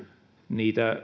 niitä